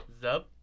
Zup